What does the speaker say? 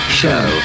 show